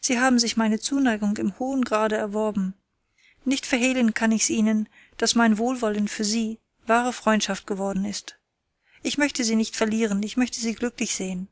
sie haben sich meine zuneigung im hohen grade erworben nicht verhehlen kann ich's ihnen daß mein wohlwollen für sie wahre freundschaft geworden ist ich möchte sie nicht verlieren ich möchte sie glücklich sehen